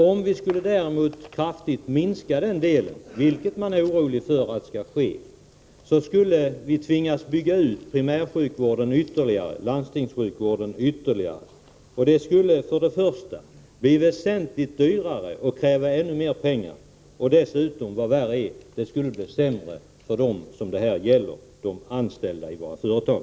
Om vi däremot skulle kraftigt minska den delen — vilket det finns en oro för — skulle vi tvingas bygga ut primärsjukvården, landstingssjukvården, ytterligare. Det skulle dels bli väsentligt dyrare, dels — vad värre är — bli sämre för dem som det här gäller, dvs. de anställda i våra företag.